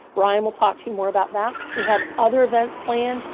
ryan will talk to you more about that. we have other events planned.